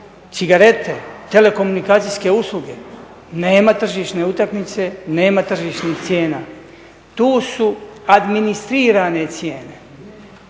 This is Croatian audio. cigarete, telekomunikacijske usluge nema tržišne utakmice, nema tržišnih cijena. Tu su administrirane cijene.